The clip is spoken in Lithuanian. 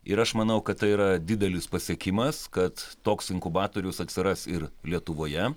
ir aš manau kad tai yra didelis pasiekimas kad toks inkubatorius atsiras ir lietuvoje